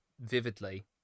vividly